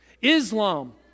Islam